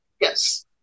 Yes